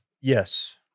Yes